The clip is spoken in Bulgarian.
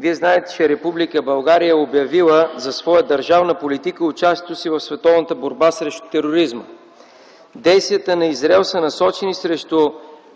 Вие знаете, че Република България е обявила за своя държавна политика участието си в световната борба срещу тероризма. Действията на Израел са насочени срещу